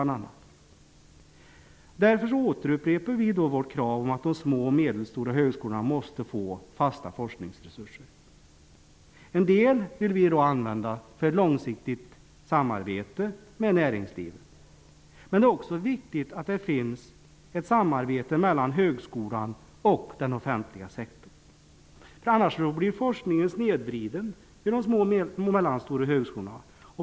Därför återupprepar vi vårt krav om att de små och medelstora högskolorna måste få fasta forskningsresurser. En del vill vi använda för långsiktigt samarbete med näringslivet, men det är också viktigt att det finns ett samarbete mellan högskolan och den offentliga sektorn. Annars blir forskningen snedvriden vid de små och medelstora högskolorna.